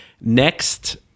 Next